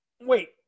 wait